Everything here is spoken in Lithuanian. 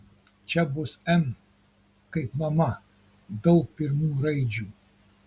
čia bus m kaip mama daug pirmų raidžių